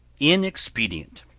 inexpedient.